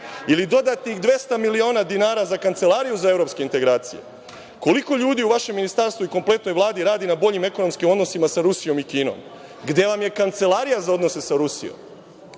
ili dodatnih 200 miliona dinara za Kancelariju za evropske integracije? Koliko ljudi u vašem Ministarstvu i kompletnoj Vladi radi na boljim ekonomskim odnosima sa Rusijom i Kinom? Gde vam je kancelarija za odnose sa Rusijom? Vi,